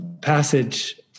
passage